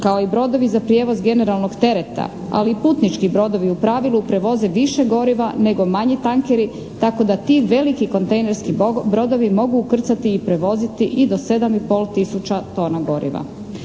kao i brodovi za prijevoz generalnog tereta ali i putnički brodovi u pravilu prevoze više goriva nego manji tankeri tako da ti veliki kontejnerski brodovi mogu ukrcati i prevoziti i do 7 i pol tisuća